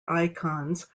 icons